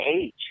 age